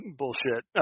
bullshit